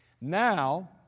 Now